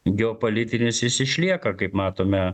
geopolitinis jis išlieka kaip matome